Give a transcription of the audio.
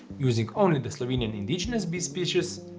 using only the slovenian indigenous bee species,